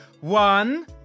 One